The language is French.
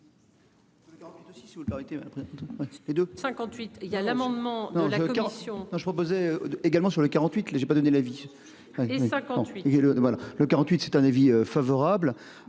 le 48 c'est un avis favorable